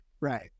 Right